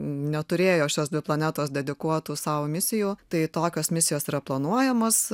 neturėjo šios planetos dedikuotų savo misijų tai tokios misijos yra planuojamos